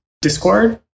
Discord